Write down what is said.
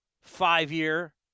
five-year